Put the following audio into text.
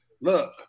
look